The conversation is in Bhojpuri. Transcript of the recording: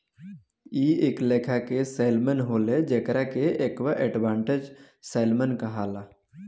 इ एक लेखा के सैल्मन होले जेकरा के एक्वा एडवांटेज सैल्मन कहाला